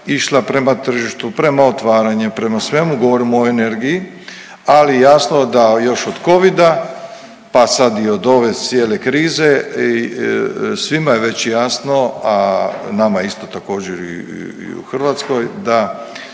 išla prema tržištu, prema otvaranje, prema svemu govorimo o energiji, ali jasno da još od Covida pa sad i od ove cijele krize svima je već jasno, a nama isto također i u Hrvatskoj da